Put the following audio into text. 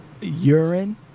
Urine